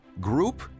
group